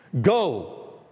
Go